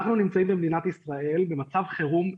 אנחנו נמצאים במדינת ישראל במצב חירום נפשי,